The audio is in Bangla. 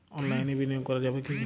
অনলাইনে বিনিয়োগ করা যাবে কি?